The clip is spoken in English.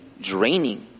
draining